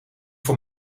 voor